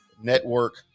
Network